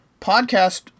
podcast